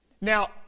Now